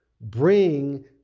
bring